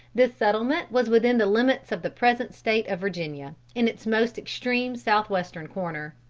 this settlement was within the limits of the present state of virginia, in its most extreme south-western corner.